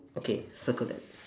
okay circle that